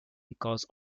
because